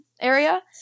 area